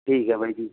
ਠੀਕ ਹੈ ਬਾਈ ਜੀ